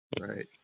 Right